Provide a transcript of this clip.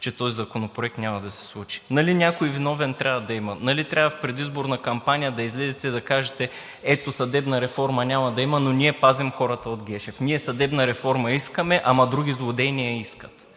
че този законопроект няма да се случи. Нали трябва да има някой виновен?! Нали трябва в предизборна кампания да излезете да кажете: ето съдебна реформа няма да има, но ние пазим хората от Гешев, ние съдебна реформа искаме, ама други злодеи не я искат?!